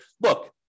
look